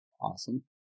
Awesome